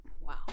Wow